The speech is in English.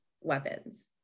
weapons